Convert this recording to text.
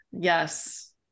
Yes